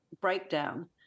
breakdown